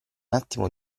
attimo